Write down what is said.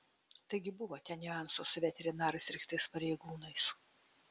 taigi buvo ten niuansų su veterinarais ir kitais pareigūnais